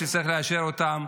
שצריך לאשר אותם,